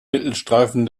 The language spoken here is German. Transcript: mittelstreifen